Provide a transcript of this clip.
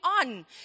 on